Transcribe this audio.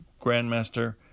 Grandmaster